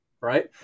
right